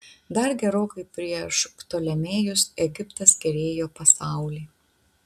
dar gerokai prieš ptolemėjus egiptas kerėjo pasaulį